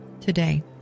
today